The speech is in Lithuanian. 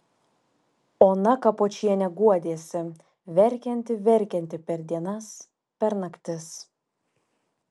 ona kapočienė guodėsi verkianti verkianti per dienas per naktis